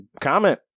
comment